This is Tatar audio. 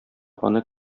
аны